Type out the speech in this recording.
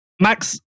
Max